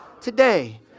today